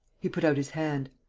he put out his hand.